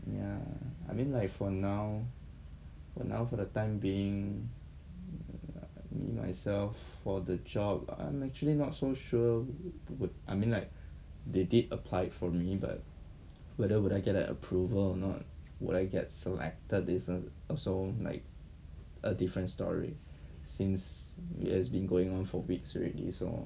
ya I mean like for now for now for the time being me myself for the job I'm actually not so sure would I mean like they did apply for me but whether would I get like an approval or not will I get selected is uh also like a different story since it has been going on for weeks already so